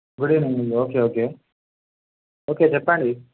good evening అండి okay okay ఓకే చెప్పండి